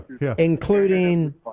including